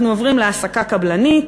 אנחנו עוברים להעסקה קבלנית,